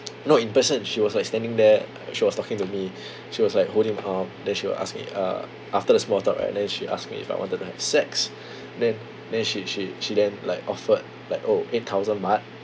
no in person she was like standing there she was talking to me she was like holding my arm then she will ask me uh after the small talk right then she asked me if I wanted sex then then she she she then like offered like oh eight thousand baht